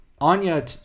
Anya